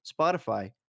Spotify